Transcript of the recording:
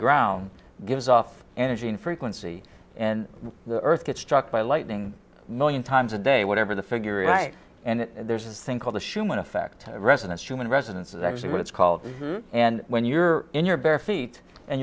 ground gives off energy in frequency and the earth gets struck by lightning million times a day whatever the figure right and there's this thing called the shuman effect residence human residence is actually what it's called and when you're in your bare feet and